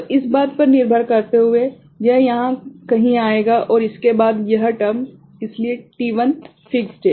तो इस बात पर निर्भर करते हुए यह यहाँ कहीं आएगा और उसके बाद यह टर्म इसलिए t1 फ़िक्स्ड है